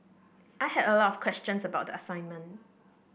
I had a lot of questions about the assignment